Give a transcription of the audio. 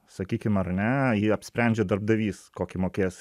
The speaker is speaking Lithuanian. sakykim ar ne jį apsprendžia darbdavys kokį mokės